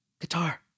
guitar